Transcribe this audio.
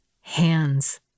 Hands